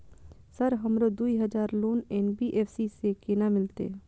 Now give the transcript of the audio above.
Sir हमरो दूय हजार लोन एन.बी.एफ.सी से केना मिलते?